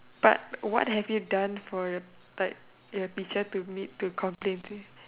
but what have you done for your like your teacher to meet to complain to you